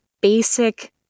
basic